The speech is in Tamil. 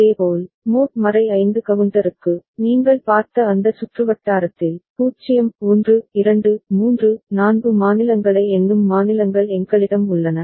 இதேபோல் மோட் 5 கவுண்டருக்கு நீங்கள் பார்த்த அந்த சுற்றுவட்டாரத்தில் 0 1 2 3 4 மாநிலங்களை எண்ணும் மாநிலங்கள் எங்களிடம் உள்ளன